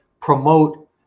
promote